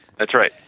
that's right,